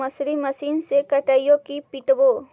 मसुरी मशिन से कटइयै कि पिटबै?